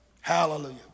Hallelujah